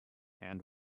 and